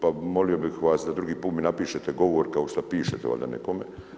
Pa molio bih vas da drugi put mi napišete govor kao što pišete valjda nekome.